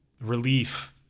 relief